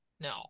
no